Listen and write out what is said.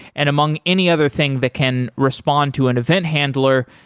and among any other thing that can respond to an event handler,